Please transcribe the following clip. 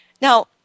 Now